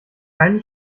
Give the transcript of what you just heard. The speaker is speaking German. keine